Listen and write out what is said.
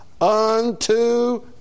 unto